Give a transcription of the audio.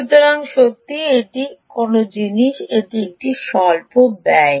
সুতরাং সত্যিই এটি অন্য জিনিস এটি সত্যিই স্বল্প ব্যয়